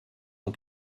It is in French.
ans